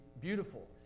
beautiful